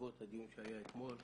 בעקבות הדיון שהיה אתמול.